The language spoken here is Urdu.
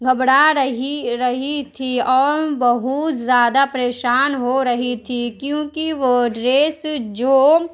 گھبرا رہی رہی تھی اور بہت زیادہ پریشان ہو رہی تھی کیونکہ وہ ڈریس جو